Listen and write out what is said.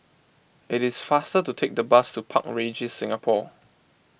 it is faster to take the bus to Park Regis Singapore